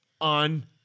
on